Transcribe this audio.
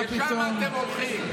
לשם אתם הולכים.